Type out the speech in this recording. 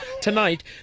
Tonight